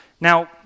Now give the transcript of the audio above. Now